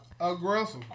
aggressive